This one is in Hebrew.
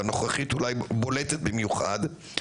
והנוכחית אולי בולטת במיוחד,